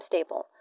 stable